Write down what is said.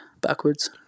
backwards